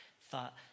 thought